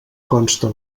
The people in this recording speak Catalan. consta